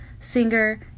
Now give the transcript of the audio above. singer